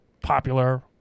popular